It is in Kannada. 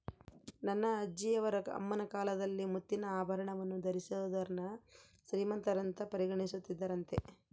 ನನ್ನ ಅಜ್ಜಿಯವರ ಅಮ್ಮನ ಕಾಲದಲ್ಲಿ ಮುತ್ತಿನ ಆಭರಣವನ್ನು ಧರಿಸಿದೋರ್ನ ಶ್ರೀಮಂತರಂತ ಪರಿಗಣಿಸುತ್ತಿದ್ದರಂತೆ